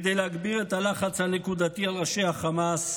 כדי להגביר את הלחץ הנקודתי על ראשי החמאס,